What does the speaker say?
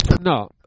No